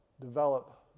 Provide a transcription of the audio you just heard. develop